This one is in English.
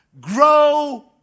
grow